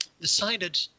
decided